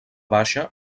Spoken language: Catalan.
baixa